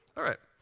all right.